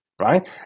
right